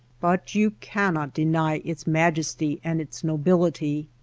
but you cannot deny its majesty and its nobility.